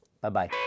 Bye-bye